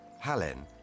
Hallen